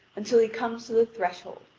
until he comes to the threshold,